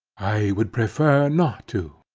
i would prefer not to.